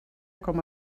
com